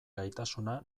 gaitasuna